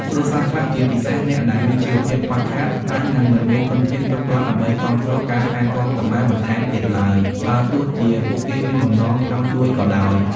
គ្រួសារខ្លះ ជាពិសេសអ្នកដែលមានជីវភាពខ្វះខាត អាចនឹងមិនមានធនធានគ្រប់គ្រាន់ដើម្បីគាំទ្រការថែទាំកុមារបន្ថែមទៀតឡើយ បើទោះជាពួកគេមានបំណងចង់ជួយក៏ដោយ។